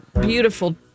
beautiful